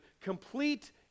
complete